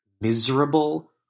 miserable